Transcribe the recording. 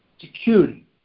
Security